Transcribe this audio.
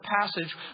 passage